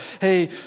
Hey